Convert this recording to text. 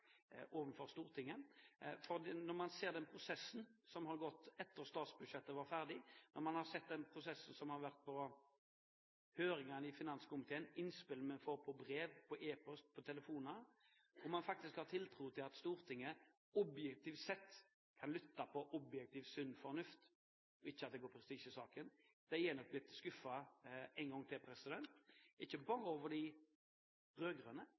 overfor Stortinget. Man har sett den prosessen som har gått etter at statsbudsjettet var ferdig. Man har sett den prosessen som har vært på høringene i finanskomiteen, innspillene man får per brev, e-post og telefoner, og man har faktisk tiltro til at Stortinget objektivt sett kan lytte til objektiv, sunn fornuft – og at det ikke går prestisje i saken. De er nok litt skuffet – en gang til – ikke bare over de rød-grønne, men jeg tror de er